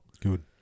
Good